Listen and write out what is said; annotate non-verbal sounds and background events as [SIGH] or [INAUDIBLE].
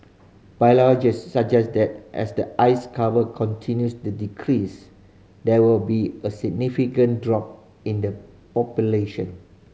[UNINTELLIGIBLE] suggest that as the ice cover continues to decrease there will be a significant drop in the population